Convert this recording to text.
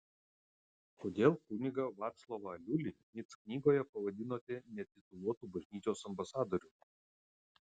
kodėl kunigą vaclovą aliulį mic knygoje pavadinote netituluotu bažnyčios ambasadoriumi